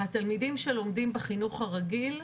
התלמידים שלומדים בחינוך הרגיל,